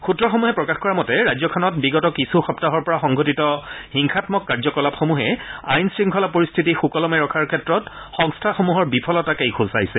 সূত্ৰসমূহে প্ৰকাশ কৰা মতে ৰাজ্যখনত বিগত কিছু সপ্তাহৰ পৰা সংঘটিত হিংসাম্মক কাৰ্যকলাপসমূহে আইন শৃংখলা পৰিস্থিতি সুকলমে ৰখাৰ ক্ষেত্ৰত সংস্থাসমূহৰ বিফলতাকেই সূচাইছে